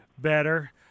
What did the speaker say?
better